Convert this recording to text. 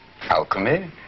Alchemy